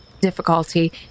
difficulty